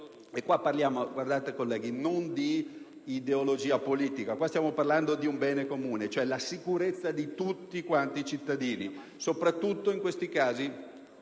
colleghi, non di ideologia politica ma di un bene comune, cioè la sicurezza di tutti i cittadini, soprattutto in questi casi